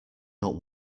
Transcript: not